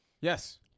Yes